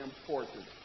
important